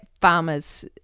farmers